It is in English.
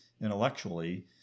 intellectually